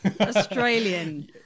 Australian